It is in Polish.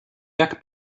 jak